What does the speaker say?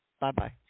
Bye-bye